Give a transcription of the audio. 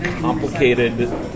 complicated